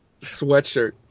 Sweatshirt